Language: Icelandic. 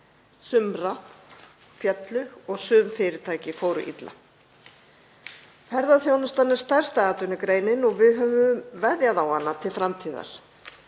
heimila féllu og sum fyrirtæki fóru illa. Ferðaþjónustan er stærsta atvinnugreinin og við höfum veðjað á hana til framtíðar.